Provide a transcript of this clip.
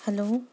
hello